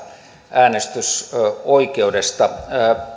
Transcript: äänestysoikeudesta oli kiinnostava